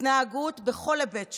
התנהגות, בכל היבט שהוא,